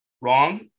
Wrong